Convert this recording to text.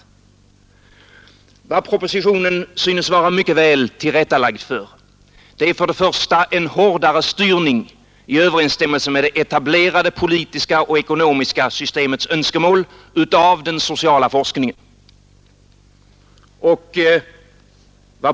Vad propositionen synes vara mycket väl tillrättalagd för är främst en hårdare styrning i överensstämmelse med det etablerade politiska och ekonomiska systemets önskemål när det gäller den sociala forskningen.